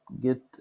get